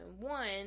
one